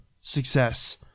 success